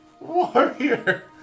warrior